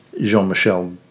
Jean-Michel